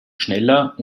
schneller